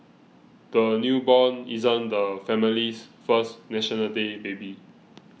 the newborn isn't the family's first National Day baby